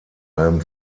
allem